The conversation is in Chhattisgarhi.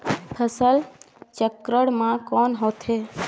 फसल चक्रण मा कौन होथे?